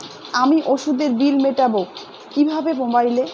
আমি ওষুধের বিল মেটাব কিভাবে মোবাইলে?